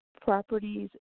properties